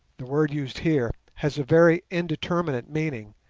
the word used here, has a very indeterminate meaning,